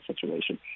situation